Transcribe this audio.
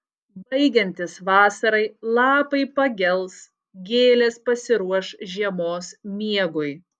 baigiantis vasarai lapai pagels gėlės pasiruoš žiemos miegui